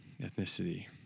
ethnicity